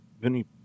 Vinny